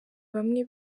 bamwe